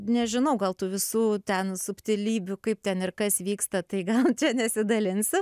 nežinau gal tų visų ten subtilybių kaip ten ir kas vyksta tai gal čia nesidalinsiu